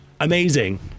amazing